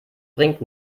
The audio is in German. bringt